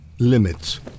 Limits